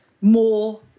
more